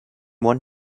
one